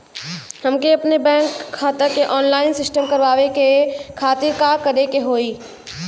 हमके अपने बैंक खाता के ऑनलाइन सिस्टम करवावे के खातिर का करे के होई?